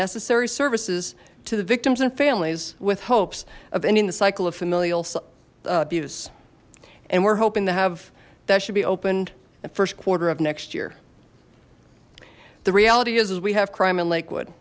necessary services to the victims and families with hopes of ending the cycle of familial abuse and we're hoping to have that should be opened at first quarter of next year the reality is is we have crime in lakewood